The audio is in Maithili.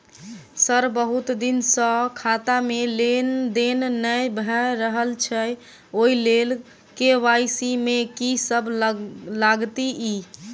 सर बहुत दिन सऽ खाता मे लेनदेन नै भऽ रहल छैय ओई लेल के.वाई.सी मे की सब लागति ई?